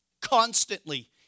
constantly